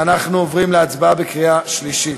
ואנחנו עוברים להצבעה בקריאה שלישית.